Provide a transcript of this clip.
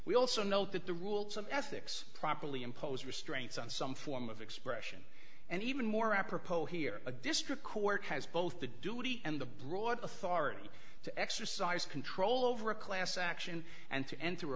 we also note that the rules of ethics properly impose restraints on some form of expression and even more apropos here a district court has both the duty and the broad authority to exercise control over a class action and to en